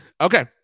Okay